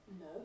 No